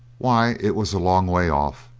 why it was a long way off,